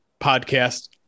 podcast